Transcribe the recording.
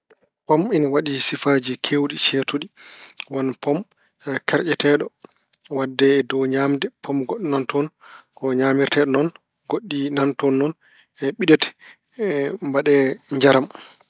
Pom ina waɗi sifaaji keewɗi ceertuɗi. Won e pom kerƴeteeɗo waɗde e dow ñaamde. Pom goɗɗo nana toon, ko ñaamirteeɗo noon. Goɗɗi nana toon noon ɓiɗete, mbaɗee njaram.